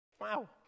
Wow